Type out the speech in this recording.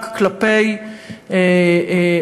רק כלפי עולים,